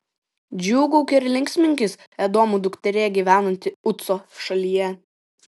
džiūgauk ir linksminkis edomo dukterie gyvenanti uco šalyje